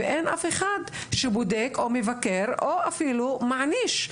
ואין אף אחד שבודק או מבקר או אפילו מעניש.